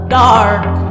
dark